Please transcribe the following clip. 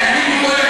נו.